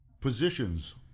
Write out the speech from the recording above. positions